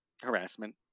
harassment